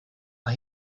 mae